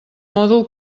mòdul